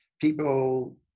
people